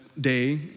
day